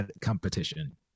competition